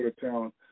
talent